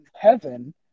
heaven